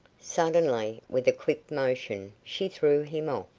suddenly, with a quick motion, she threw him off.